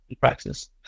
practice